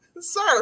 sir